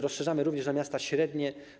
Rozszerzamy to również na miasta średnie.